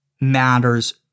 matters